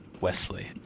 Wesley